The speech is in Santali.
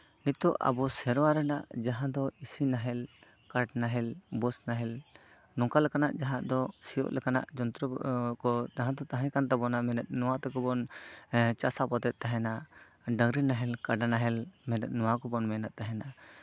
ᱱᱤᱛᱚᱜ ᱟᱵᱚ ᱥᱮᱨᱣᱟ ᱨᱮᱱᱟᱜ ᱡᱟᱦᱟᱸ ᱫᱤ ᱤᱥᱤ ᱱᱟᱦᱮᱞ ᱠᱟᱴᱷ ᱱᱟᱦᱮᱞ ᱵᱟᱹᱥ ᱱᱟᱦᱮᱞ ᱱᱚᱝᱠᱟ ᱞᱮᱠᱟᱱᱟᱜ ᱡᱟᱦᱟᱸ ᱫᱚ ᱥᱤᱭᱳᱜ ᱞᱮᱠᱟᱱᱟᱜ ᱡᱚᱱᱛᱚᱨᱚ ᱠᱚ ᱡᱟᱦᱟᱸ ᱫᱚ ᱛᱟᱦᱮᱸ ᱠᱟᱱ ᱛᱟᱵᱳᱱᱟ ᱢᱮᱱᱮᱫ ᱱᱚᱣᱟ ᱛᱮᱜᱮ ᱵᱚᱱ ᱪᱟᱥ ᱟᱵᱟᱫ ᱮᱜ ᱛᱟᱦᱮᱱᱟ ᱰᱟᱝᱨᱤ ᱱᱟᱦᱮᱞ ᱠᱟᱰᱟ ᱱᱟᱦᱮᱞ ᱢᱮᱱᱮᱫ ᱱᱚᱣᱟ ᱠᱚᱵᱚᱱ ᱢᱮᱱᱮᱫ ᱛᱟᱦᱮᱱᱟ